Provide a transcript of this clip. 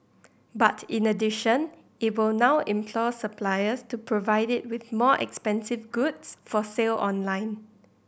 but in addition it will now implore suppliers to provide it with more expensive goods for sale online